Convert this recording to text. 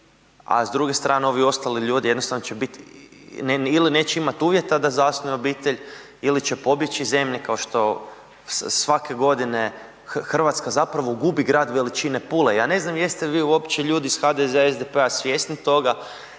a s druge strane ovi ostali ljudi, jednostavno će biti ili neće imati uvjeta da zasnuju obitelj ili će pobjeći iz zemlje kao što svake godine Hrvatska zapravo gubi grad veličine Pule. Ja ne znam jeste vi uopće ljudi iz HDZ-a i SDP-a svjesni toga,